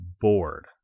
bored